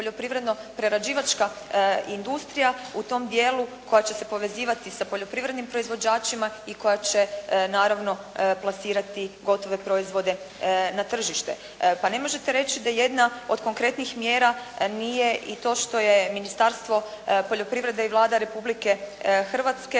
poljoprivredno-prerađivačka industrija u tom dijelu koja će se povezivati sa poljoprivrednim proizvođačima i koja će naravno plasirati gotove proizvode na tržište. Pa ne možete reći da jedna od konkretnih mjera nije i to što je Ministarstvo poljoprivrede i Vlada Republike Hrvatske